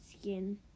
skin